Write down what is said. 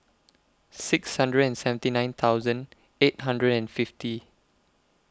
six hundred and seventy nine thousand eight hundred and fifty